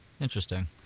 Interesting